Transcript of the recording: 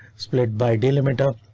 split by delimiter.